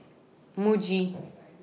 Muji